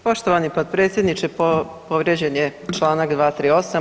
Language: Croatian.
Poštovani potpredsjedniče povrijeđen je članak 238.